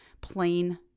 plain